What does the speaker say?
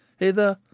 hither,